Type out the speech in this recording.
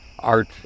Art